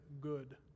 good